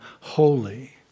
holy